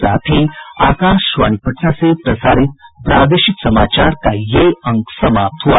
इसके साथ ही आकाशवाणी पटना से प्रसारित प्रादेशिक समाचार का ये अंक समाप्त हुआ